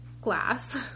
glass